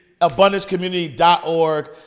abundancecommunity.org